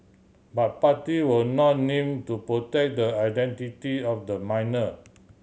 but party will not name to protect the identity of the minor